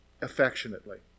affectionately